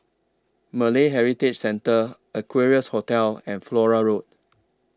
Malay Heritage Centre Equarius Hotel and Flora Road